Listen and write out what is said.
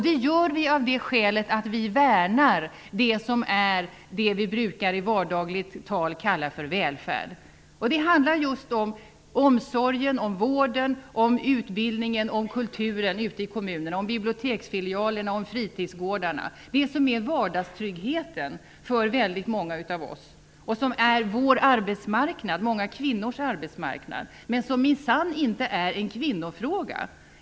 Det gör vi av det skälet att vi värnar om det som vi i vardagligt tal brukar kalla välfärd. Det handlar om omsorgen om vården, om utbildningen och om kulturen ute i kommunerna, om biblioteksfilialerna och om fritidsgårdarna - det som är vardagstryggheten för väldigt många av oss och som är många kvinnors arbetsmarknad men som ändå minsann inte är en kvinnofråga.